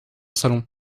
salon